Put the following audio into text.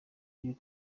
uyu